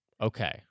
Okay